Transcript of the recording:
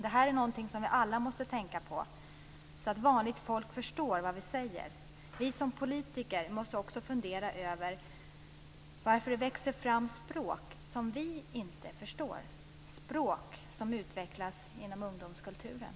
Detta är någonting som vi alla måste tänka på så att vanligt folk förstår vad vi säger. Vi som politiker måste också fundera över varför det växer fram språk som vi inte förstår, språk som utvecklas inom ungdomskulturen.